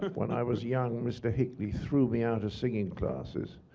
when i was young, mr. hickley threw me out of singing classes,